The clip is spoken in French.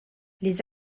les